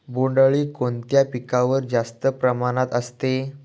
बोंडअळी कोणत्या पिकावर जास्त प्रमाणात असते?